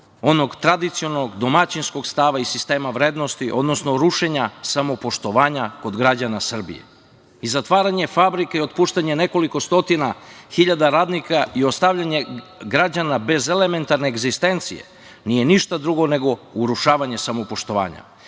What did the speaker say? onog tradicionalnog, domaćinskog stava i sistema vrednosti, odnosno rušenja samopoštovanja kod građana Srbije. Zatvaranje fabrika i otpuštanje nekoliko stotina hiljada radnika i ostavljanje građana bez elementarne egzistencije nije ništa drugo nego urušavanje samopoštovanja,